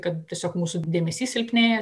kad tiesiog mūsų dėmesys silpnėja